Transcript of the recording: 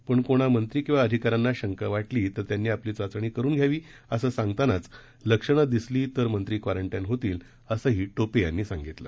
पण कोणा मंत्री किंवा अधिकान्यांना शंका वा झिंग तर त्यांनी आपली चाचणी करून घ्यावी असं सांगतानाच लक्षण दिसली तर मंत्री क्वारं ईन होतील असंही पे यांनी सांगितलं